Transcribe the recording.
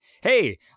Hey